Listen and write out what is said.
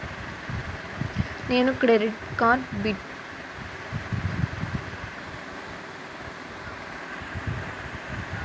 నేను credit card debit card pin మర్చిపోయేను ఎం చెయ్యాలి?